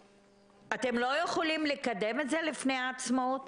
שנית, שהם לא נפגעים מול עצמאים.